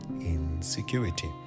insecurity